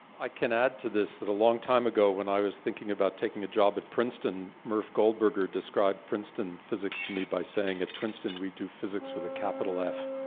i can add to this, that a long time ago, when i was thinking about taking a job at princeton, murph goldberger described princeton physics to me by saying, at princeton, we do physics with a capital f.